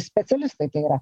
specialistai yra